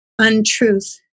untruth